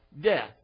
death